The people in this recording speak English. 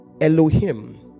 Elohim